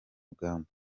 rugamba